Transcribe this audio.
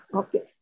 okay